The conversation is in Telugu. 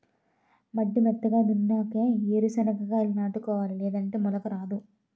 మడి మెత్తగా దున్నునాకే ఏరు సెనక్కాయాలు నాటుకోవాలి లేదంటే మొలక రాదు